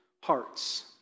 hearts